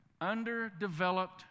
Underdeveloped